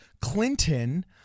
Clinton